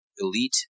elite